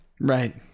Right